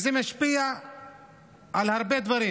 זה משפיע על הרבה דברים,